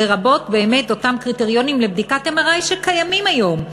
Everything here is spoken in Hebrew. לרבות באמת אותם קריטריונים לבדיקת MRI שקיימים היום,